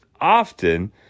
often